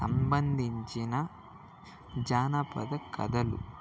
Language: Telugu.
సంబంధించిన జానపద కథలు